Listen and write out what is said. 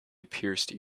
pierced